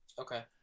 Okay